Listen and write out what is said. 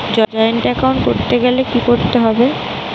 Joint account করতে গেলে কি করতে হবে?